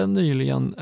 nyligen